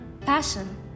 Passion